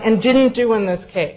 and didn't do in this case